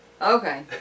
Okay